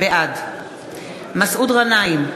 בעד מסעוד גנאים,